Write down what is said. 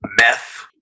Meth